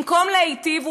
במקום להיטיב,